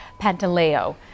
Pantaleo